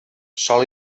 sol